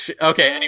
okay